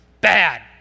Bad